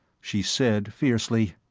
she said fiercely,